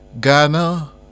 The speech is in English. Ghana